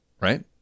right